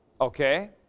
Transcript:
okay